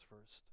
first